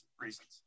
reasons